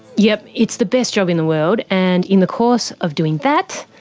yep, it's the best job in the world. and in the course of doing that,